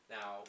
Now